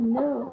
no